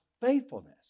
faithfulness